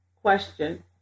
Question